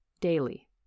Daily